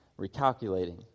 recalculating